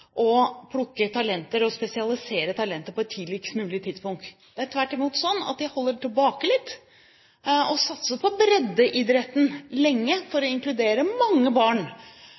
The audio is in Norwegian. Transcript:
å plukke talenter og spesialisere dem på et tidligst mulig tidspunkt. Det er tvert imot sånn at de holder tilbake litt – satser på breddeidretten lenge for å inkludere mange barn,